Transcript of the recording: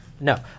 No